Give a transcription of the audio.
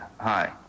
hi